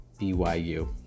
BYU